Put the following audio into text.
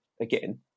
again